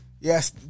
Yes